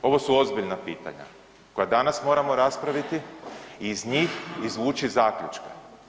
Ovo su ozbiljna pitanja koja danas moramo raspraviti i iz njih izvući zaključke.